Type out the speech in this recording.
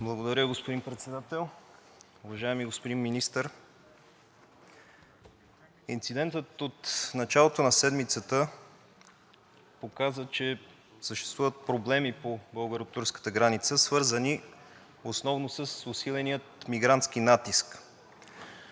Благодаря, господин Председател. Уважаеми господин Министър, инцидентът от началото на седмицата показа, че съществуват проблеми по българо-турската граница, свързани основно с усиления мигрантски натиск.